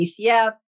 DCF